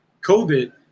COVID